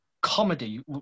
comedy